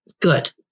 good